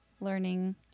learning